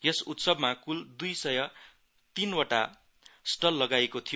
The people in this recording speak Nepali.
यस उतसवमा क्ल द्ई सय तीनवटा स्टल लगाइएको थियो